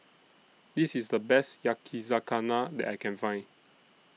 This IS The Best Yakizakana that I Can Find